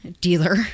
Dealer